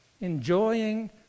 Enjoying